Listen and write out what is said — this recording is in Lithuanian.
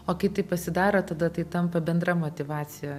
o kai taip pasidaro tada tai tampa bendra motyvacija